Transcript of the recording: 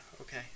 okay